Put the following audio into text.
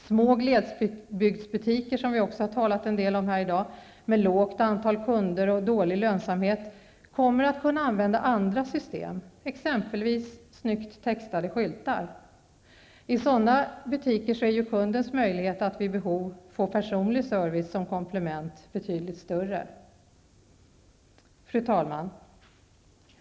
Små glesbygdsbutiker, som vi också har talat en del om här i dag, med lågt antal kunder och dålig lönsamhet, kommer att kunna använda andra system, t.ex. snyggt textade skyltar. I sådana butiker är kundens möjlighet att vid behov få personlig service som komplement betydligt större. Fru talman!